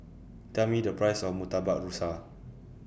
Tell Me The Price of Murtabak Rusa